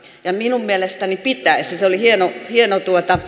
minun mielestäni pitäisi se oli hieno